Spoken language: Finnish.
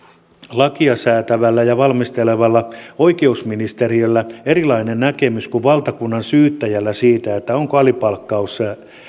lakia säätävällä ja valmistelevalla oikeusministeriöllä erilainen näkemys kuin valtakunnansyyttäjällä siitä onko alipalkkaus